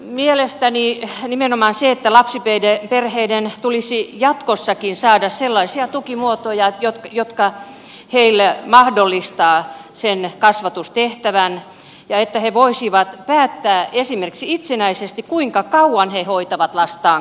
mielestäni nimenomaan se on tärkeää että lapsiperheiden tulisi jatkossakin saada sellaisia tukimuotoja jotka heille mahdollistavat sen kasvatustehtävän ja että he voisivat päättää itsenäisesti esimerkiksi kuinka kauan he hoitavat lastaan kotona